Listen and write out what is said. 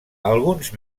alguns